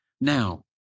now